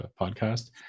podcast